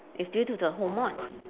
it's due to the hormones